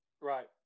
Right